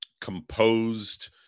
composed